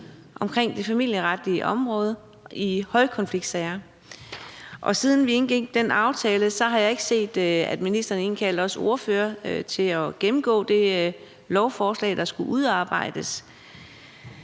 omkring det familieretlige område i højkonfliktsager. Og siden vi indgik den aftale, har jeg ikke set, at ministeren har indkaldt os ordførere til at gennemgå det lovforslag, der skulle udarbejdes.